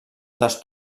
dels